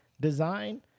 design